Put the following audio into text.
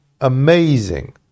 amazing